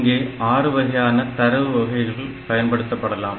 இங்கே ஆறுவகையான தரவுகள் பயன்படுத்தப்படலாம்